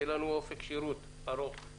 שיהיה לנו אופק שירות ארוך.